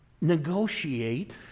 negotiate